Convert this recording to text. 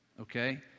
Okay